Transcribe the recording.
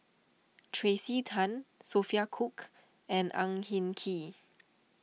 Tracey Tan Sophia Cooke and Ang Hin Kee